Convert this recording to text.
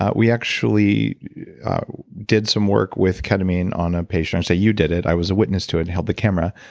ah we actually did some work with ketamine on a patient and saw you did it, i was a witness to it, and held the camera.